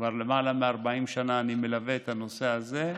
כבר למעלה מ-40 שנה אני מלווה את הנושא הזה,